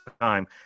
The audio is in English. time